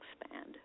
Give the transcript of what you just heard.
expand